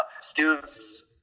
students